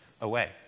away